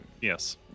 Yes